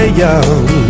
young